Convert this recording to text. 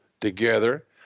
together